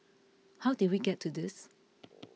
how did we get to this